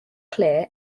clear